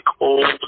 old